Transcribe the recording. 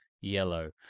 yellow